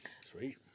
Sweet